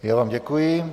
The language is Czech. Já vám děkuji.